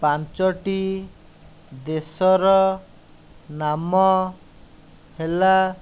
ପାଞ୍ଚଟି ଦେଶର ନାମ ହେଲା